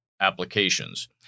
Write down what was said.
applications